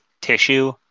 tissue